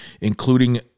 including